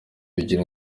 bigira